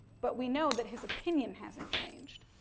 but we know that his opinion hasn't changed.